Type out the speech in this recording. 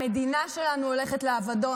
המדינה שלנו הולכת לאבדון.